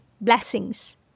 Blessings